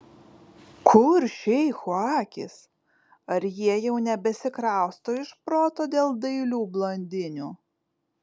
kur šeichų akys ar jie jau nebesikrausto iš proto dėl dailių blondinių